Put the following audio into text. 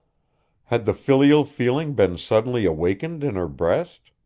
had the filial feeling been suddenly awakened in her breast?